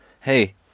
hey